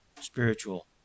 spiritual